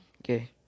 okay